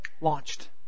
launched